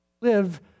live